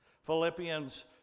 Philippians